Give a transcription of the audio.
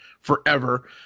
forever